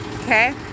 Okay